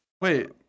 Wait